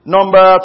Number